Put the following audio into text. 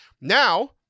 Now